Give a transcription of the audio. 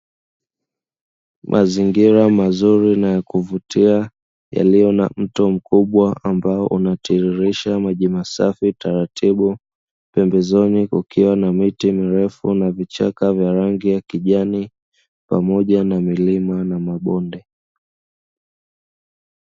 Mazingira mazuri na ya kuvutia yaliyo na mto mkubwa ambao unatiririsha maji masafi taratibu pembezoni kukiwa na miti mirefu na vichaka vya rangi ya kijani pamoja na milima na mabonde.